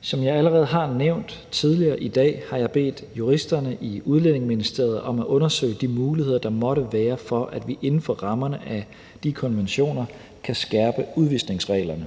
Som jeg allerede har nævnt tidligere i dag, har jeg bedt juristerne i Udlændinge- og Integrationsministeriet om at undersøge de muligheder, der måtte være, for at vi inden for rammerne af de konventioner kan skærpe udvisningsreglerne.